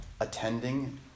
attending